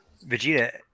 Vegeta